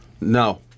No